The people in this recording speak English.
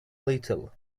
little